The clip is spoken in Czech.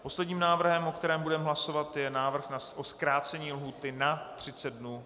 Posledním návrhem, o kterém budeme hlasovat, je návrh o zkrácení lhůty na 30 dnů.